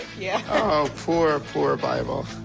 yeah. oh, poor, poor bible.